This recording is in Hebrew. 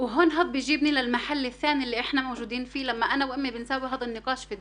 להגיע לכפר קרוב או ליישוב קרוב ולקבל שירות במרפאה הכי קרובה.